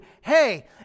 hey